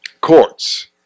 courts